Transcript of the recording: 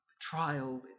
trial